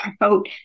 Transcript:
promote